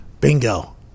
Bingo